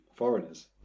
foreigners